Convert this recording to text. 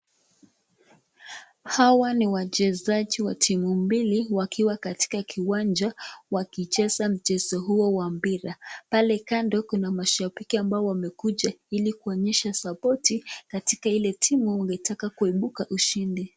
Hawa ni wachezaji wa timu mbili wakiwa katika kiwanja wakicheza mchezo huo wa mpira. Pale kando kuna mashabiki ambao wamekuja ili kuonyesha sapoti katika ile timu wangetaka kuibuka ushindi.